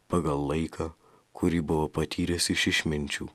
pagal laiką kurį buvo patyręs iš išminčių